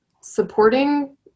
supporting